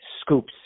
scoops